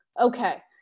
Okay